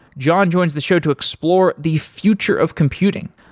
john joins the show to explore the future of computing.